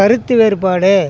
கருத்து வேறுபாடு